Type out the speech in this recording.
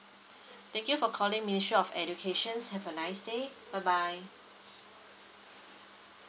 thank you for calling ministry of educations have a nice day bye bye